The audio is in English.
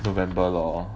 november lor